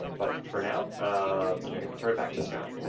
um but for now um and i'm gonna turn it back to scott.